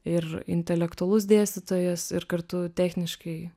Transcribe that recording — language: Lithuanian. ir intelektualus dėstytojas ir kartu techniškai